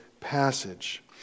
passage